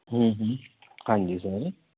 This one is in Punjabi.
ਹਮ ਹਮ ਹਾਂਜੀ ਸਰ